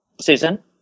Susan